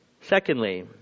Secondly